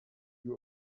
you